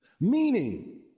Meaning